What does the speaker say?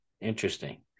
Interesting